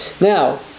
Now